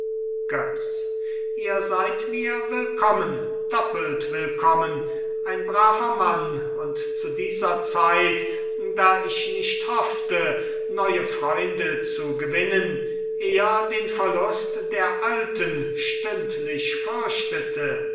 götz ihr seid mir willkommen doppelt willkommen ein braver mann und zu dieser zeit da ich nicht hoffte neue freunde zu gewinnen eher den verlust der alten stündlich